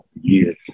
years